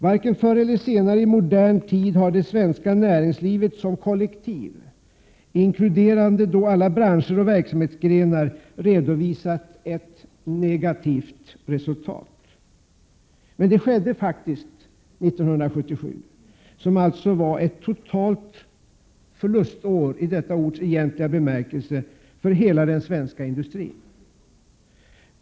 Varken förr eller senare i modern tid har det svenska näringslivet som kollektiv, inkluderande alla branscher och verksamhetsgrenar, redovisat ett negativt resultat. Detta skedde 1977, som alltså var ett totalt förlustår i detta ords egentliga bemärkelse för hela den svenska industrin.